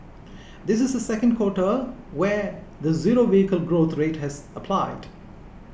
this is the second quota where the zero vehicle growth rate has applied